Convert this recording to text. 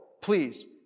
please